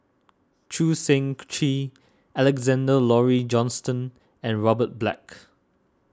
Choo Seng Quee Alexander Laurie Johnston and Robert Black